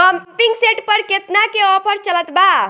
Pumping set पर केतना के ऑफर चलत बा?